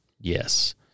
Yes